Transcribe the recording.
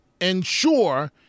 ensure